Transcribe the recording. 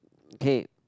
okay